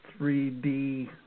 3D